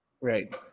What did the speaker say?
right